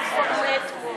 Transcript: התשע"ו 2016,